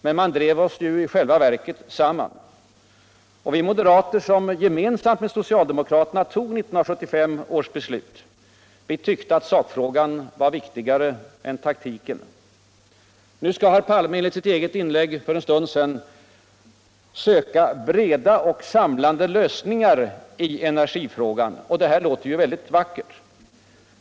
men i själva verket drev man oss samman. Vi moderater, som tillsammans med socialdemokraterna tog 1975 års beslut, tyckte att sakfrågan var viktigare än taktiken. Nu skall herr Palme enligt sitt eget inkägg för en stund sedan söka ”breda och samlande lösningar” i energifrågan. Det där låter väldigt vackert.